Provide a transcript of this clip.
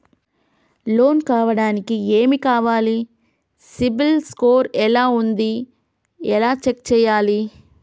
Loan కావడానికి ఏమి కావాలి సిబిల్ స్కోర్ ఎలా ఉంది ఎలా చెక్ చేయాలి?